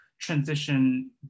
transition